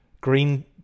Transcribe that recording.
green